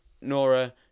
nora